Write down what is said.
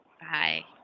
Bye